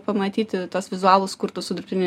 pamatyti tuos vizualus kurtus su dirbtiniu